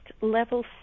level